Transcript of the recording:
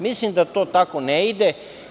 Mislim da to tako ne ide.